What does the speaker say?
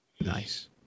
Nice